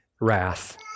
wrath